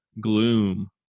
gloom